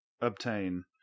obtain